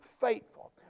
faithful